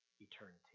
eternity